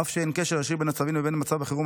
אף שאין קשר ישיר בין הצווים לבין מצב החירום,